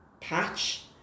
patch